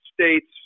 states